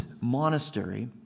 monastery